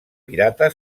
pirata